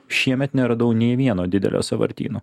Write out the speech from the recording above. šiemet neradau nei vieno didelio sąvartyno